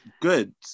good